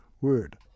word